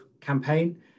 campaign